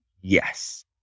yes